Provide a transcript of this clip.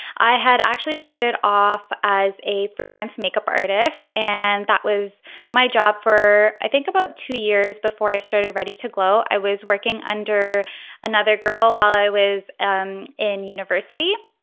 i had actually started off as a freelance makeup artist and that was my job for i think about two years before i started. ready to go i was working under another girl while i was um in university.